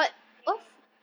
ya